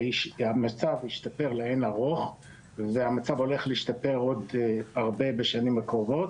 והמצב השתפר לאין ערוך והמצב הולך להשתפר עוד הרבה בשנים הקרובות.